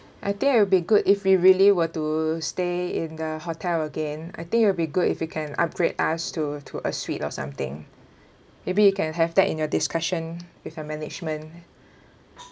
I think it will be good if we really were to stay in the hotel again I think it will be good if you can upgrade us to to a suite or something maybe you can have that in your discussion with your management